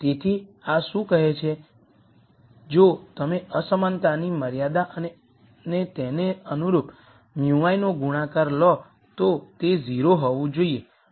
તેથી આ શું કહે છે તે છે જો તમે અસમાનતાની મર્યાદા અને તેને અનુરૂપ μi નો ગુણાકાર લો તો તે 0 હોવું જોઈએ